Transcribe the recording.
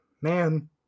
man